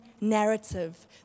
narrative